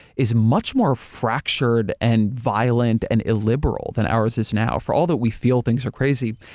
is much more fractured and violent and illiberal than ours is now. for all that we feel things are crazy,